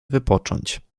wypocząć